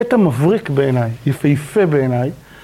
קטע מבריק בעיניי, יפהפה בעיניי.